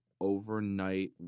overnight